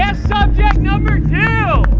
and subject number two!